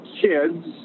kids